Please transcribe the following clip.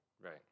Right